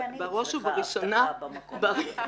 אני צריכה אבטחה במקום הזה.